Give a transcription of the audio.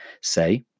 say